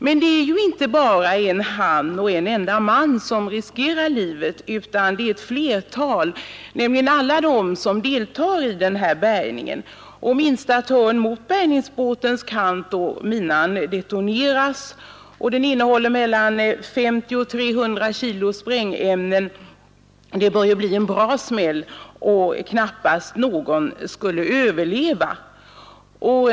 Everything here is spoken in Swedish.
Men det är ju inte bara en enda man som riskerar livet, utan det är ett flertal, nämligen alla de, som deltar i den här bärgningen. Vid minsta törn mot bärgningsbåtens kant detonerar minan, och den innehåller mellan 50 och 300 kg sprängämnen. Det bör bli en bra smäll, och knappast någon skulle överleva.